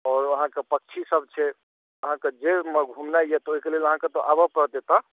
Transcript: आओर अहाँक पक्षी सभ छै अहाँक जाहिमे घुमनाइ यऽ तऽ ओहि कऽ लेल तऽ अहाँकऽ आबऽ पड़तै एतऽ